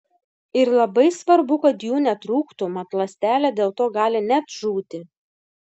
ir labai svarbu kad jų netrūktų mat ląstelė dėl to gali net žūti